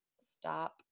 stop